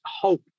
hope